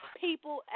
people